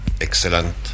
excellent